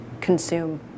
consume